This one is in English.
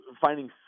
finding